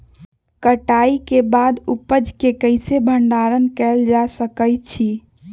कटाई के बाद उपज के कईसे भंडारण कएल जा सकई छी?